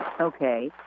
Okay